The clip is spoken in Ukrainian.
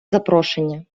запрошення